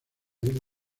isla